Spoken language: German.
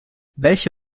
welche